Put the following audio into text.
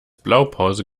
blaupause